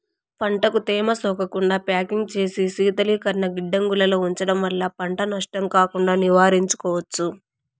పంటకు తేమ సోకకుండా ప్యాకింగ్ చేసి శీతలీకరణ గిడ్డంగులలో ఉంచడం వల్ల పంట నష్టం కాకుండా నివారించుకోవచ్చు